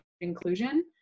inclusion